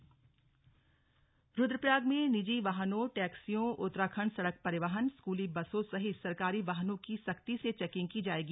बैठक रुद्रप्रयाग रुद्रप्रयाग में निजी वाहनों टैक्सियों उत्तराखंड सड़क परिवहन स्कूली बसों सहित सरकारी वाहनों की सख्ती से चैकिंग की जाएगी